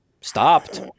stopped